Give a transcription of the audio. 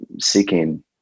seeking